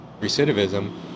Recidivism